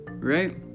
right